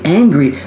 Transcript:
angry